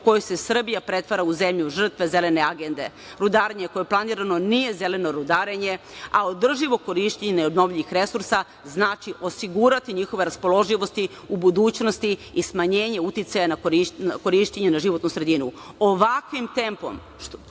kojoj se Srbija pretvara u zemlju žrtve Zelene agende. Rudarenje koje je planirano nije zeleno rudaranje. A održivo korišćenje neobnovljivih resursa znači osigurati njihove raspoloživosti u budućnosti i smanjenje uticaja korišćenja na životnu sredinu. Ovakvim tempom